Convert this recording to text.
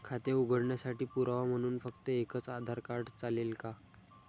खाते उघडण्यासाठी पुरावा म्हणून फक्त एकच आधार कार्ड चालेल का?